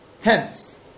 Hence